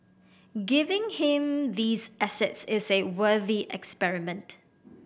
giving him these assets is a worthy experiment